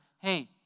hey